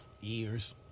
Years